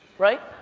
right?